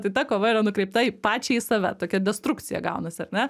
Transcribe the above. tai ta kova yra nukreipta į pačiai į save tokia destrukcija gaunasi ar ne